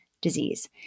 disease